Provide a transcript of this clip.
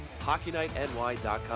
HockeyNightNY.com